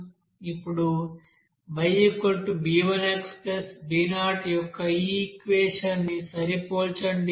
ఇప్పుడు Yb1xb0 యొక్క ఈ ఈక్వెషన్ ని సరిపోల్చండి